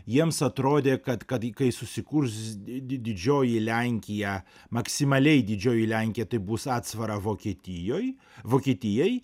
jiems atrodė kad kad kai susikurs di didžioji lenkija maksimaliai didžioji lenkija tai bus atsvara vokietijoj vokietijai